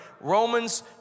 Romans